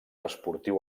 esportiu